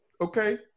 okay